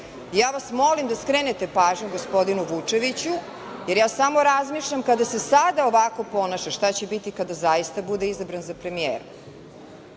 vas molim da skrenete pažnju gospodinu Vučeviću, jer ja samo razmišljam kada se sada ovako ponaša, šta će biti kada zaista bude izabran za premijera? Počeli